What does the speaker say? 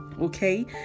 okay